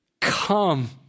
Come